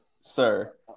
Sir